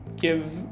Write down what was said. give